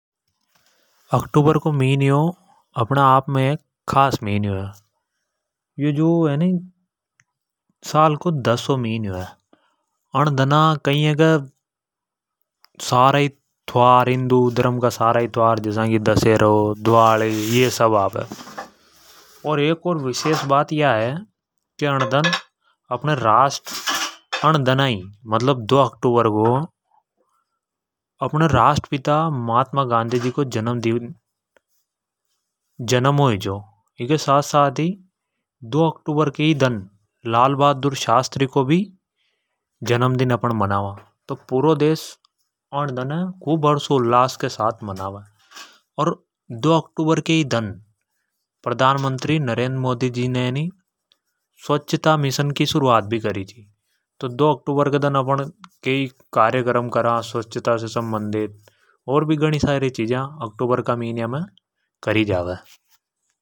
﻿अक्टूबर को मिन्यो है नि वु भी अपना आप में खास महीना है। यो जो है नी साल को दसवों मिन्यो है। अण दना कई है के सारा ही त्यौहार हिंदू धर्म का आवे जैसा कि दशहरो दवाली। और एक और विशेष बात या है की अन दन मतलब दो अक्टूबर को अपने राष्ट्रपिता महात्मा गांधी जी को जन्म होई छो। उनके साथ-साथ ही दो अक्टूबर के ही दन लाल बहादुर शास्त्री जी को भी जन्मदिन अपन मानवा। तो पूरो देश अन दन है खूब हर्षोल्लास के साथ मनावे। अर दो अक्टूबर के ही दन प्रधानमंत्री नरेंद्र मोदी जी नै स्वच्छता मिशन की शुरुआत भी करी ची। तो दो अक्टूबर के दन कार्यक्रम करा स्वच्छता से संबंधित और भी गणि सारी चीजा दो अक्टूबर के दन करी जावे।